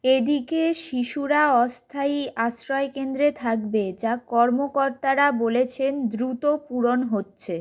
এদিকে শিশুরা অস্থায়ী আশ্রয়কেন্দ্রে থাকবে যা কর্মকর্তারা বলেছেন দ্রুত পূরণ হচ্ছে